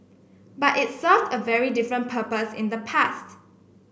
but it served a very different purpose in the past